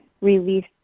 release